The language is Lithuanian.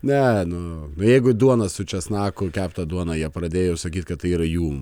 ne nu jeigu duoną su česnaku keptą duoną jie pradėjo sakyt kad tai yra jų